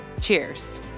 Cheers